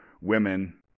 women